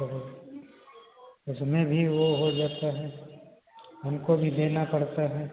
और उसमें भी वह हो जाता है हमको भी देना पड़ता है